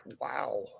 Wow